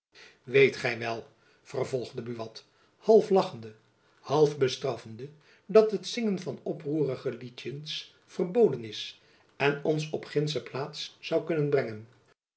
weet gy wel vervolgde buat half lachende half bestraffende dat het zingen van oproerige liedtjens verboden is en ons op gindsche plaats zoû kunnen brengen